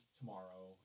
tomorrow